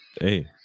hey